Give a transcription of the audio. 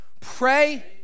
Pray